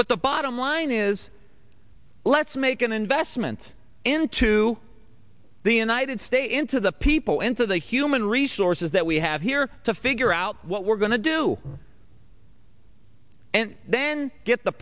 but the bottom line is let's make an investment into the united states into the people into the human resources that we have here to figure out what we're going to do and then get the